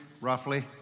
roughly